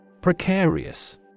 Precarious